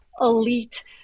elite